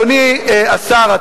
אדוני השר,